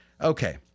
Okay